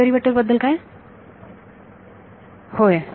time derivative बद्दल काय होय